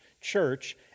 church